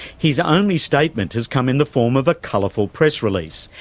his only statement has come in the form of a colourful press release,